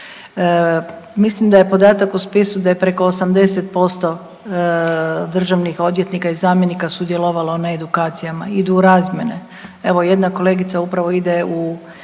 Mislim da je podatak u spisu da je preko 80% državnih odvjetnika i zamjenika sudjelovalo na edukacijama, idu u razmjene. Evo, jedna kolegica upravo ide u